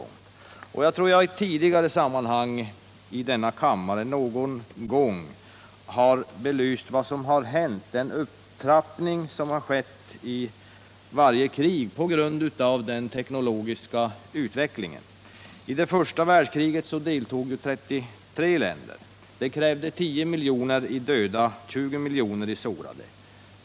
Jag tror att jag i ett tidigare sammanhang i dennna kammare har belyst den upptrappning som på grund av den teknologiska utvecklingen har skett vid varje krig. I det första världskriget deltog 33 länder, och det krävde 10 miljoner dödade och 20 miljoner sårade människor.